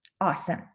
Awesome